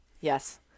yes